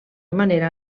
manera